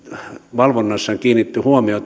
valvonnassaan kiinnitti huomiota